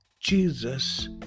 Jesus